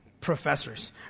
professors